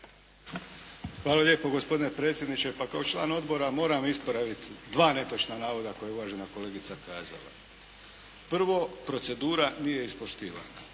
Hvala lijepo gospodine predsjedniče. Pa kao član odbora moram ispraviti dva netočna navoda koja je uvažena kolegica kazala. Prvo. Procedura nije ispoštivana.